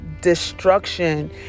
destruction